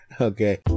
Okay